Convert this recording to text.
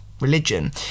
religion